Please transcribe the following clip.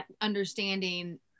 understanding